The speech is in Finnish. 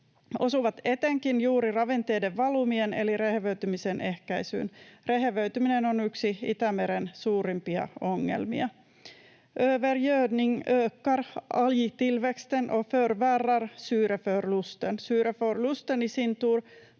osuvat etenkin juuri ravinteiden valumien eli rehevöitymisen ehkäisyyn. Rehevöityminen on yksi Itämeren suurimpia ongelmia. Övergödning ökar algtillväxten och förvärrar syreförlusten. Syreförlusten i sin tur